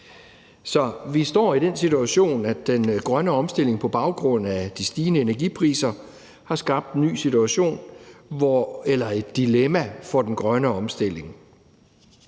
Så vi står i den situation, at den grønne omstilling på baggrund af de stigende energipriser har skabt en ny situation eller et dilemma for den grønne omstilling.